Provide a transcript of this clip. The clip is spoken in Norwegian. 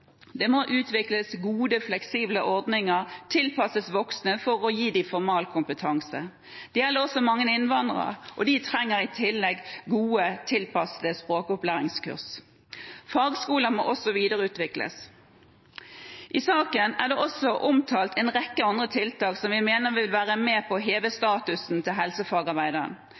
Det må utvikles gode, fleksible ordninger som er tilpasset voksne, for å gi dem formalkompetanse. Det gjelder også mange innvandrere, og de trenger i tillegg gode, tilpassede språkopplæringskurs. Fagskolene må også videreutvikles. I saken er det også omtalt en rekke andre tiltak som vi mener vil være med på å heve statusen til helsefagarbeideren.